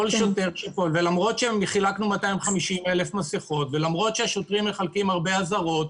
ולמרות שחילקנו 250,000 מסכות ולמרות שהשוטרים מחלקים הרבה אזהרות